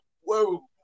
whoa